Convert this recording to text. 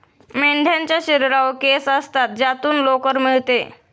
मेंढ्यांच्या शरीरावर केस असतात ज्यातून लोकर मिळते